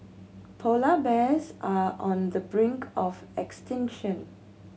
polar bears are on the brink of extinction